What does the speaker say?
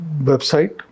website